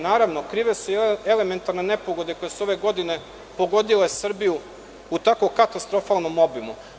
Naravno krive su i elementarne nepogode koje su ove godine pogodile Srbiju u tako katastrofalnom obimu.